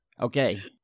Okay